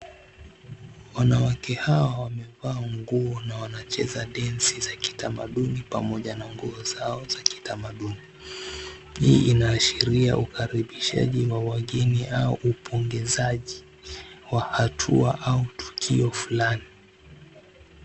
Wanawake hawa wamevaa nguo na wanacheza densi za kitamaduni pamoja na nguo zao za kitamaduni. Hii inaashiria ukaribishaji wa wageni au upongezaji wa hatua au tukio fulani.